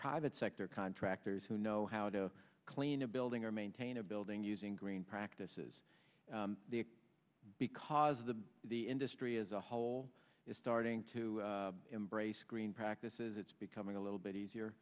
private sector contractors who know how to clean a building or maintain a building using green practices because the the industry as a whole is starting to embrace green practices it's becoming a little bit easier